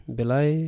Belai